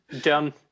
Done